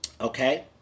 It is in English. Okay